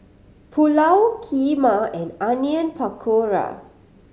Pulao Kheema and Onion Pakora